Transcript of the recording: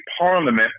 parliament